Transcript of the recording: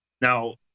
Now